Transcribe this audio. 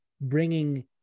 bringing